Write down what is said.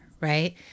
right